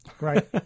Right